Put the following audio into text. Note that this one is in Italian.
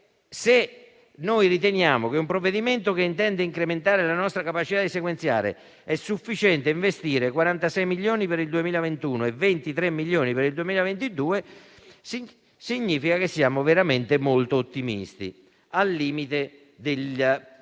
Se riteniamo che, per un provvedimento che intende incrementare la nostra capacità di sequenziare, è sufficiente investire 46 milioni di euro per il 2021 e 23 milioni di euro per il 2022 significa che siamo veramente molto ottimisti, al limite dal poter